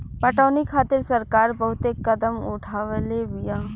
पटौनी खातिर सरकार बहुते कदम उठवले बिया